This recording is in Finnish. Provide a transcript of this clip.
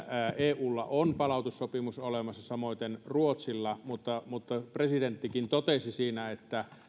eulla on palautussopimus olemassa samoiten ruotsilla mutta mutta presidenttikin totesi siinä että